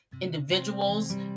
individuals